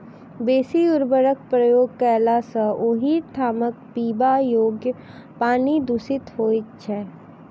बेसी उर्वरकक प्रयोग कयला सॅ ओहि ठामक पीबा योग्य पानि दुषित होइत छै